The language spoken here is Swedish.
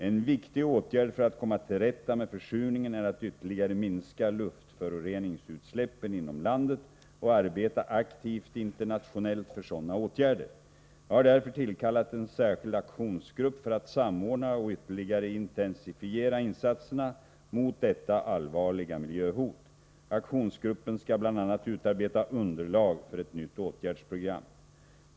En viktig åtgärd för att komma till rätta med försurningen är att ytterligare minska luftföroreningsutsläppen inom landet och arbeta aktivt internationellt för sådana åtgärder. Jag har därför tillkallat en särskild aktionsgrupp för att samordna och ytterligare intensifiera insatserna mot detta allvarliga miljöhot. Aktionsgruppen skall bl.a. utarbeta underlag för ett nytt åtgärdsprogram.